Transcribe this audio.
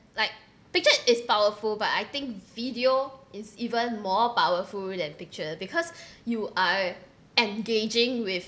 like picture is powerful but I think video is even more powerful than picture because you are engaging with